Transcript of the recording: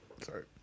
sorry